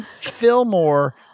Fillmore